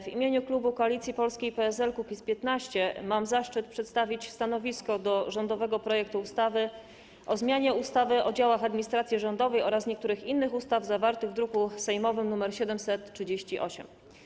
W imieniu klubu Koalicji Polskiej - PSL - Kukiz15 mam zaszczyt przedstawić stanowisko co do rządowego projektu ustawy o zmianie ustawy o działach administracji rządowej oraz niektórych innych ustaw, zawartego w druku sejmowym nr 738.